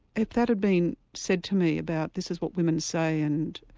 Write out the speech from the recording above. if that had been said to me about this is what women say and